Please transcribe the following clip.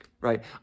right